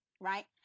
right